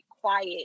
quiet